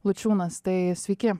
lučiūnas tai sveiki